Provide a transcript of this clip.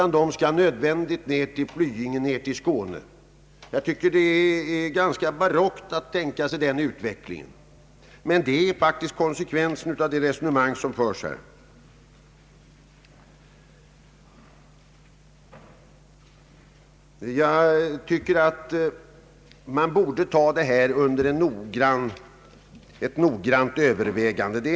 Nu måste de resa till Flyinge i Skåne. Jag tycker en sådan utveckling är barock, men den är faktiskt konsekvensen av det resonemang som här förs ifrån utskottets sida. Jag tycker att problemet borde tas under noggrant övervägande.